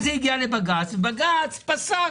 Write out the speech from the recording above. לבג"ץ וזה פסק